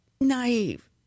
naive